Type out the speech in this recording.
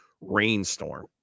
rainstorm